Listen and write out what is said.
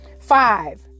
Five